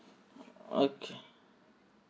okay